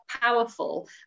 powerful